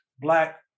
black